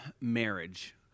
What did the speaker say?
marriage—